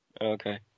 Okay